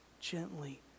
Gently